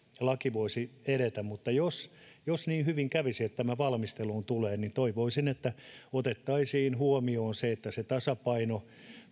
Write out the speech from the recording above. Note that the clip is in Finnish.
laki voisi edetä mutta jos jos niin hyvin kävisi että tämä valmisteluun tulisi niin toivoisin että otettaisiin huomioon se että se tasapaino